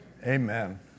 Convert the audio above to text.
Amen